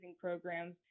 programs